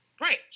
Right